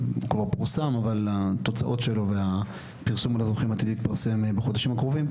כבר פורסם אבל התוצאות שלו והפרסום הולכים להתפרסם בחודשים הקרובים.